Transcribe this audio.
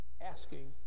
asking